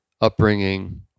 upbringing